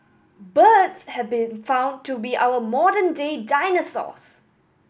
birds have been found to be our modern day dinosaurs